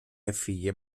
έφυγε